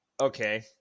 okay